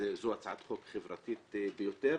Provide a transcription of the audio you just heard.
זו הצעת חוק חברתית ביותר.